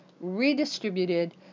redistributed